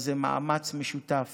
זה מאמץ משותף